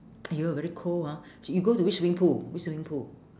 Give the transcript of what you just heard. !aiyo! very cold hor sh~ you go to which swimming pool which swimming pool